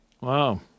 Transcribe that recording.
Wow